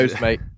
mate